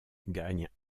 gagne